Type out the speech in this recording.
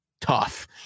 Tough